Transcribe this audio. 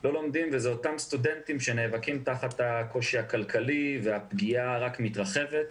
ואלה אותם סטודנטים שנאבקים תחת הקושי הכלכלי והפגיעה רק מתרחבת.